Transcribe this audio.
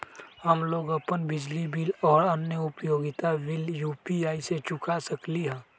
हम लोग अपन बिजली बिल और अन्य उपयोगिता बिल यू.पी.आई से चुका सकिली ह